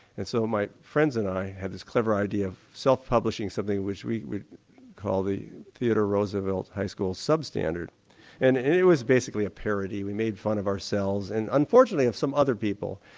and so my friends and i had this clever idea of self-publishing something which we we called the theodore roosevelt high school substandard and it was basically a parody we made fun of ourselves and unfortunately of some other people,